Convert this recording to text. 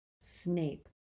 Snape